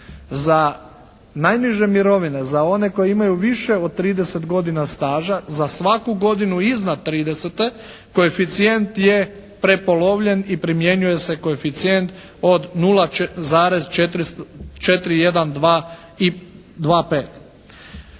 Za najniže mirovine za one koje imaju više od 30 godina staža za svaku godinu iznad tridesete, koeficijent je prepolovljiv i primjenjuje se koeficijent od 0,412